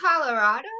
Colorado